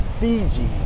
Fiji